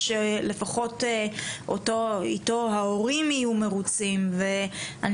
שלפחות איתו ההורים יהיו מרוצים ואני